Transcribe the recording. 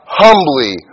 humbly